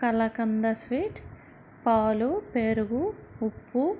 kalakand sweet పాలు పెరుగు ఉప్పు